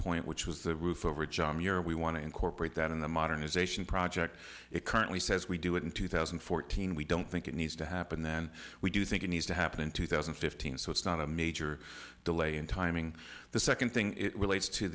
point which was the roof over john muir we want to incorporate that in the modernization project it currently says we do it in two thousand and fourteen we don't think it needs to happen then we do think it needs to happen in two thousand and fifteen so it's not a major delay in timing the second thing it relates to